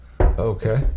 Okay